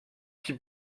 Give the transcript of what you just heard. qui